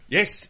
Yes